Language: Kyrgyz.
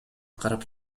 карап